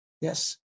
Yes